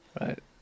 Right